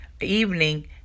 evening